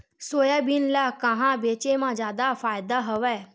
Soybean ल कहां बेचे म जादा फ़ायदा हवय?